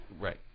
Right